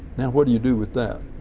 now what do you do with that?